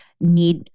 need